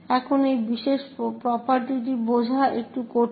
এখন এই বিশেষ প্রপার্টিটি বোঝা একটু কঠিন